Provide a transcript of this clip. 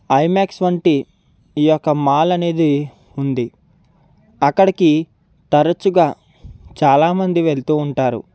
IMAX వంటి ఈ యొక్క మాల్ అనేది ఉంది అక్కడికి తరచుగా చాలా మంది వెళ్తూ ఉంటారు